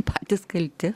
patys kalti